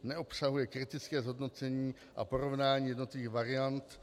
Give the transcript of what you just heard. Neobsahuje kritické hodnocení a porovnání jednotlivých variant.